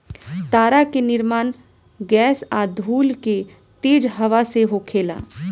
तारा के निर्माण गैस आ धूल के तेज हवा से होखेला